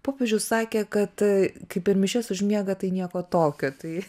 popiežius sakė kad kai per mišias užmiega tai nieko tokio tai